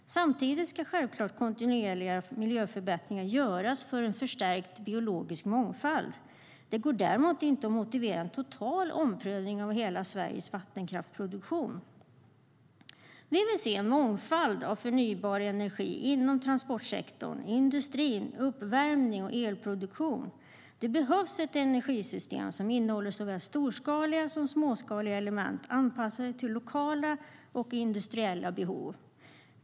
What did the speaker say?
Samtidigt ska självklart kontinuerliga miljöförbättringar göras för en förstärkt biologisk mångfald. Det går däremot inte att motivera en total omprövning av hela Sveriges vattenkraftproduktion. Vi vill se en mångfald av förnybar energi inom transportsektorn, industrin, uppvärmning och elproduktionen. Det behövs ett energisystem som innehåller såväl storskaliga som småskaliga element anpassade till lokala och industriella behov.